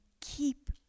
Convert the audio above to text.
keep